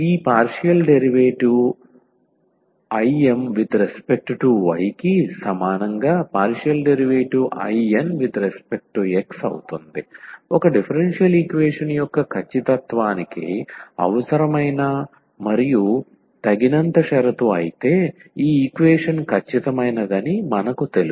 ఈ IM∂yIN∂x ఒక differential equation యొక్క ఖచ్చితత్వానికి అవసరమైన మరియు తగినంత షరతు అయితే ఈ ఈక్వేషన్ ఖచ్చితమైనదని మనకు తెలుసు